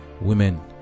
Women